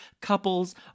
couples